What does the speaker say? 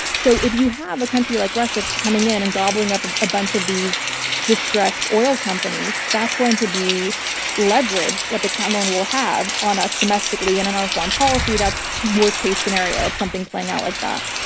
so if you have a country like russia coming in and gobbling up a bunch of these distressed oil companies, that's going to be leverage that the kremlin will have on us domestically and on our foreign policy. that's worst case scenario of something playing out like that.